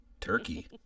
Turkey